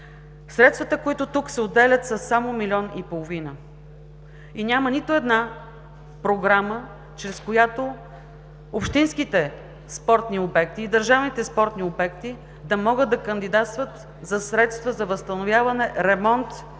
Средствата, които тук се отделят, са само милион и половина. И няма нито една програма, чрез която общинските спортни обекти и държавните спортни обекти да могат да кандидатстват за средства за възстановяване, ремонт,